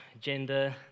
gender